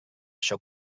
això